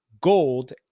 gold